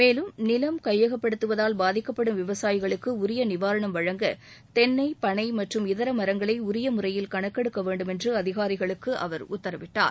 மேலும் நிலம் கையகப்படுத்துவதால் பாதிக்கப்படும் விவசாயிகளுக்கு உரிய நிவாரணம் வழங்க தென்னை பனை மற்றும் இதர மரங்களை உரிய முறையில் கணக்கெடுக்க வேண்டும் என்று அதிகாரிகளுக்கு அவர் உத்தரவிட்டார்